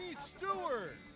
Stewart